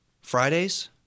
Fridays